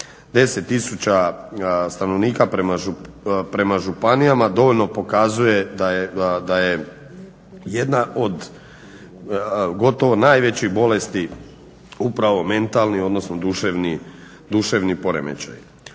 tisuća stanovnika prema županijama dovoljno pokazuje da je jedna od gotovo od najvećih bolesti upravo mentalni odnosno duševni poremećaj.